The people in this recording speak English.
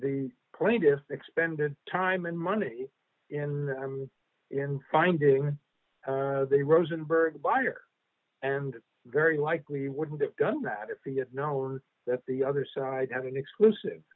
the plaintiffs expended time and money in the i'm in finding they rosenberg buyer and very likely wouldn't have done that if he had known that the other side have an exclusive